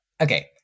Okay